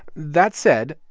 that said,